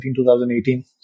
2018